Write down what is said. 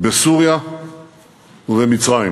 בסוריה ובמצרים.